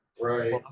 Right